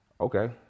Okay